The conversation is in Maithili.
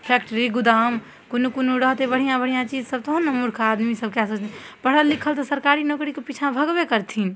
फैक्ट्री गोदाम कोनो कोनो रहतै बढ़िआँ बढ़िआँ चीजसब तहन ने मूर्ख आदमीसभ कऽ सकै छै पढ़ल लिखल तऽ सरकारी नौकरीके पिछाँ भागबे करथिन